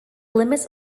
limits